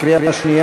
נתקבל בקריאה שנייה,